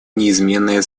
неизменная